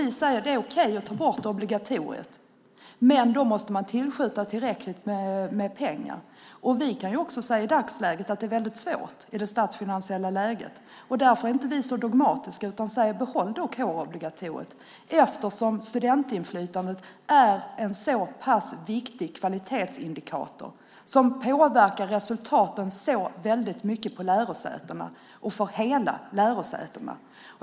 Vi säger att det är okej att ta bort obligatoriet, men då måste tillräckligt med pengar skjutas till. Vi kan i det statsfinansiella dagsläget se att det är svårt. Därför är vi inte så dogmatiska, utan vi säger att kårobligatoriet ska behållas eftersom studentinflytandet är en så pass viktig kvalitetsindikator som påverkar resultaten på lärosätena mycket.